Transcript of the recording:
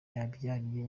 yabyariye